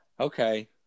Okay